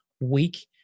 week